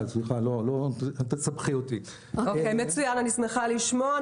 אני שמחה לשמוע.